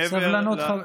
סבלנות.